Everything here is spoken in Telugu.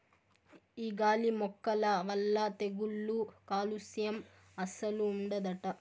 ఈ గాలి మొక్కల వల్ల తెగుళ్ళు కాలుస్యం అస్సలు ఉండదట